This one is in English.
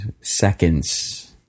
seconds